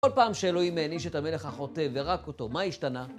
כל פעם שאלוהים מעניש את המלך החוטא ורק אותו, מה השתנה?